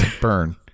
burn